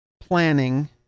planning